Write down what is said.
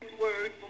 word